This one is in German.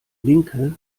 linke